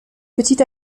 petit